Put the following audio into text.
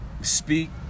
speak